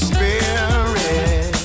Spirit